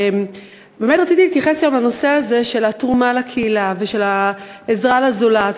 באמת רציתי להתייחס היום לנושא הזה של התרומה לקהילה ושל העזרה לזולת.